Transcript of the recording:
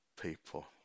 people